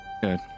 good